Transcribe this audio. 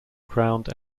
crowned